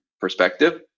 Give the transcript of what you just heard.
perspective